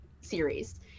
series